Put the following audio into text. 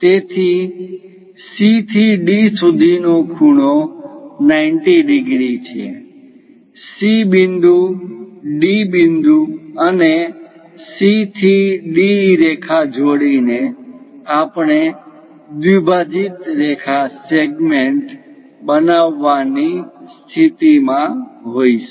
તેથી C થી D સુધીનો ખૂણો 90 ડિગ્રી છે C બિંદુ D બિંદુ અને C થી D રેખા જોડીને આપણે દ્વિભાજિત રેખા સેગમેન્ટ બનાવવાની સ્થિતિમાં હોઈશું